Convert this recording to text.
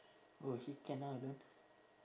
oh he cannot